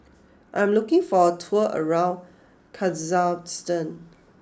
I am looking for a tour around Kazakhstan